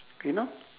you know